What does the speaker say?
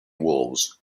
wolves